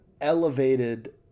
elevated